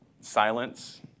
Silence